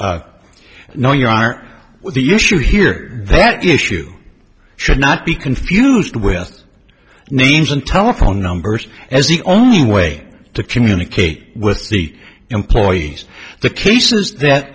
no you aren't the issue here that issue should not be confused with names and telephone numbers as the only way to communicate with the employees the cases that